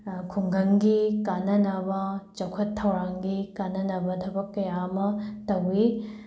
ꯈꯤꯡꯒꯪꯒꯤ ꯀꯥꯟꯅꯅꯕ ꯆꯥꯎꯈꯠ ꯊꯧꯔꯥꯡꯒꯤ ꯀꯥꯟꯅꯅꯕ ꯊꯕꯛ ꯀꯌꯥ ꯑꯃ ꯇꯧꯏ